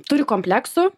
turi kompleksų